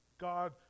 God